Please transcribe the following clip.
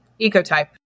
ecotype